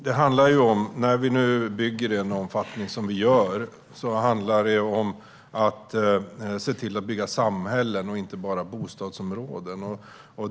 Herr talman! När vi nu bygger i den omfattning som vi gör handlar det om att se till att bygga samhällen och inte bara bostadsområden.